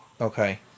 Okay